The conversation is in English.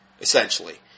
essentially